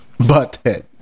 Butthead